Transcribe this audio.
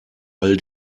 all